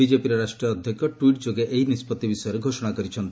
ବିଜେପିର ରାଷ୍ଟ୍ରୀୟ ଅଧ୍ୟକ୍ଷ ଟ୍ରଇଟ୍ ଯୋଗେ ଏହି ନିଷ୍ପଭି ବିଷୟରେ ଘୋଷଣା କରିଛନ୍ତି